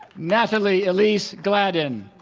natalie elise gladden